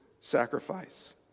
sacrifice